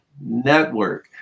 network